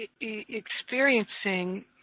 experiencing